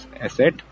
asset